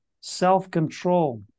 self-control